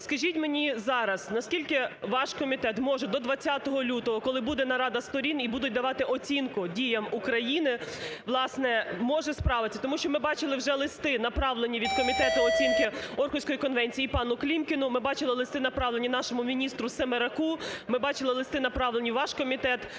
Скажіть мені зараз, наскільки ваш комітет може до 20 лютого, коли буде нарада сторін і будуть давати оцінку діям України, власне, може справитися. Тому що ми бачили вже листи, направлені від комітету оцінки Орхуської конвенції пану Клімкіну, ми бачили листи, направлені нашому міністру Семераку, ми бачили листи, направлені у ваш комітет.